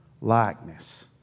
likeness